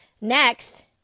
Next